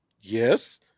Yes